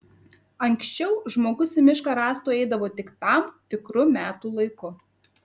anksčiau žmogus į mišką rąstų eidavo tik tam tikru metų laiku